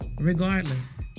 Regardless